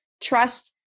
trust